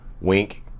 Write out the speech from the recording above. Wink